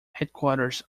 headquarters